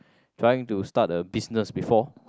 trying to start a business before